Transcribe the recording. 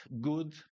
good